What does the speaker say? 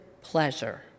pleasure